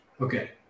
okay